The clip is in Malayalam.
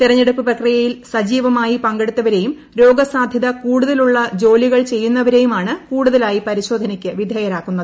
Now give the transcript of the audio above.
തെരഞ്ഞെടുപ്പ് പ്രക്രിയയിൽ സജീവമായി പങ്കെടുത്തവരെയും രോഗസാധ്യത കൂടുതലുള്ള ജോലികൾ ചെയ്യുന്നവരേയുമാണ് കൂടുതലായി പരിശോധനയ്ക്ക് വിധേയരാക്കുന്നത്